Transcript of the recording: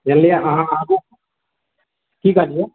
जनलिऐ अहाँ आबू की कहलिऐ